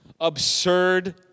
Absurd